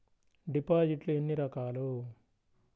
డిపాజిట్లు ఎన్ని రకాలు?